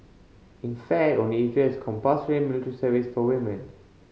in fact only Israel has compulsory military service for women